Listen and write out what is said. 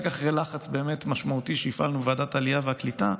ורק אחרי לחץ באמת משמעותי שהפעלנו על ועדת העלייה והקליטה,